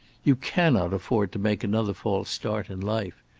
you cannot afford to make another false start in life.